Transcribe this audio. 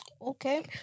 Okay